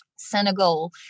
Senegal